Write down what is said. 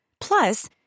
Plus